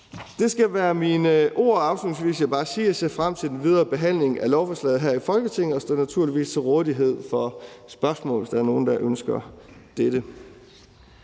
Det skal være mine ord. Afslutningsvis vil jeg bare sige, at jeg ser frem til den videre behandling af lovforslaget her i Folketinget, og jeg står naturligvis til rådighed for spørgsmål, hvis der er nogen, der ønsker dette.